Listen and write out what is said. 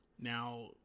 Now